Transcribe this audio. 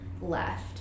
left